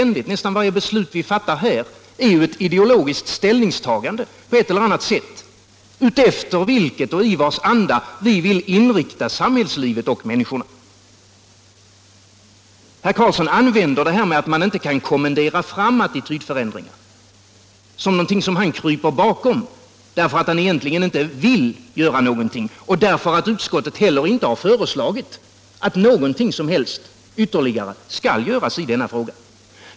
Nästan varje beslut vi fattar här i riksdagen är på ett eller annat sätt ett ideologiskt ställningstagande, vars anda vi vill skall prägla samhällslivet och människorna. Herr Karlsson använder argumentet att man inte kan kommendera fram attitydförändringar som ett skydd att krypa bakom därför att han egentligen inte vill göra någonting och därför att utskottet inte heller har föreslagit någon som helst ytterligare åtgärd i denna fråga.